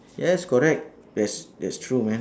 yes correct that's that's true man